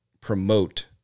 promote